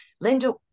Linda